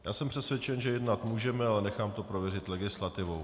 Já jsem přesvědčen, že jednat můžeme, ale nechám to prověřit legislativou.